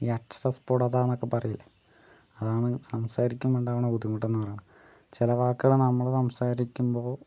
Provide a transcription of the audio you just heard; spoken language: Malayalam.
ഈ അക്ഷരസ്ഫുടത എന്നൊക്കെ പറയില്ലേ അതാണ് സംസാരിക്കുമ്പോൾ ഉണ്ടാകുന്ന ബുദ്ധിമുട്ടെന്നു പറയുന്നത് ചില വാക്കുകൾ നമ്മൾ സംസാരിക്കുമ്പോൾ